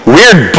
Weird